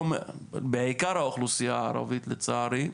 בעיקר האוכלוסייה הערבית לצערי,